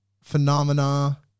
phenomena